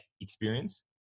experience